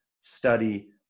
study